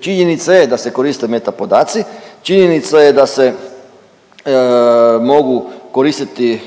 Činjenica je da se korite meta podaci, činjenica je da se mogu koristiti